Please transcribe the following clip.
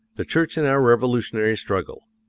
the church in our revolutionary struggle.